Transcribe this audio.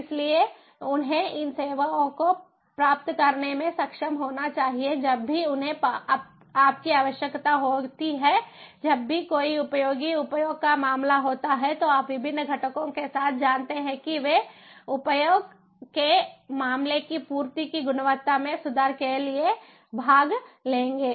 इसलिए उन्हें इन सेवाओं को प्राप्त करने में सक्षम होना चाहिए जब भी उन्हें आपकी आवश्यकता होती है जब भी कोई उपयोगी उपयोग का मामला होता है तो आप विभिन्न घटकों से जानते हैं कि वे उपयोग के मामले की पूर्ति की गुणवत्ता में सुधार के लिए भाग लेंगे